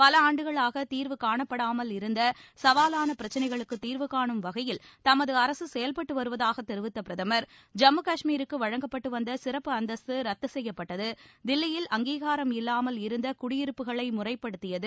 பல ஆண்டுகளாக தீர்வு காணப்படாமல் இருந்த சவாலான பிரச்சினைகளுக்கு தீர்வுகாணும் வகையில் தமது அரசு செயல்பட்டு வருவதாக தெரிவித்த பிரதமர் ஜம்மு காஷ்மீருக்கு வழங்கப்பட்டு வந்த சிறப்பு அந்தஸ்து ரத்து செய்யப்பட்டது தில்லியில் அங்கீகாரம் இல்லாமல் இருந்த குடியிருப்புகளை முறைப்படுத்தியது